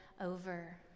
over